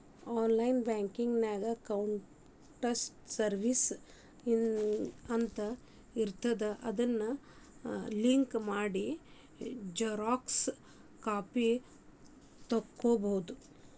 online ಬ್ಯಾಂಕಿನ್ಯಾಗ accounts services ಅಂತ ಇರ್ತಾದ ಅದನ್ ಕ್ಲಿಕ್ ಮಾಡಿ ಝೆರೊಕ್ಸಾ ಕಾಪಿ ತೊಕ್ಕೊಬೋದು